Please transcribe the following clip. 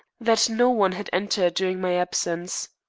that no one had entered during my absence.